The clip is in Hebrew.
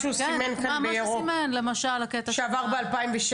החוק שעבר ב-2016?